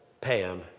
Pam